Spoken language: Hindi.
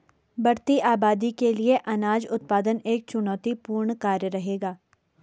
बढ़ती आबादी के लिए अनाज उत्पादन एक चुनौतीपूर्ण कार्य रहेगा